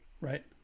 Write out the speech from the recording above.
Right